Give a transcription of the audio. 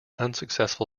unsuccessful